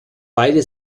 beide